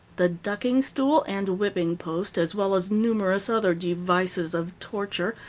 the ducking-stool and whipping post, as well as numerous other devices of torture,